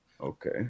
Okay